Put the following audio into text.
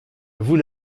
vous